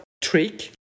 trick